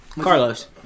Carlos